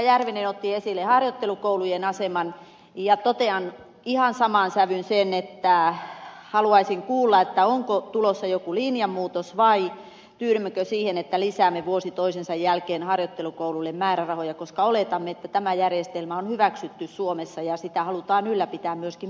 järvinen otti esille harjoittelukoulujen aseman ja totean ihan samaan sävyyn sen että haluaisin kuulla onko tulossa joku linjamuutos vai tyydymmekö siihen että lisäämme vuosi toisensa jälkeen harjoittelukouluille määrärahoja koska oletamme että tämä järjestelmä on hyväksytty suomessa ja sitä halutaan ylläpitää myöskin